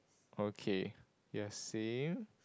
okay you are saying